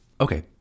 Okay